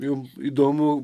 jum įdomu